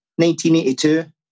1982